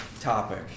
topic